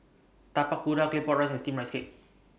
Tapak Kuda Claypot Rice and Steamed Rice Cake